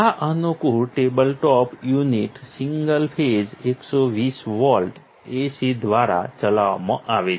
આ અનુકૂળ tabletop unit single phase 120 volt AC દ્વારા ચલાવવામાં આવે છે